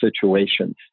situations